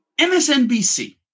MSNBC